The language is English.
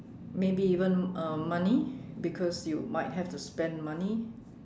maybe even uh money because you might have to spend money